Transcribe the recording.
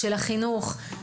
החינוך,